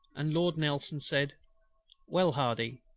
and lord nelson said well, hardy,